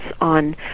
on